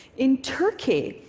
in turkey,